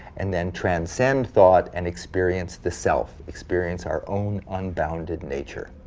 and then transcend thought and experience the self, experience our own unbounded nature.